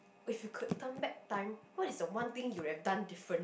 if you could turn back time what is the one thing you have done different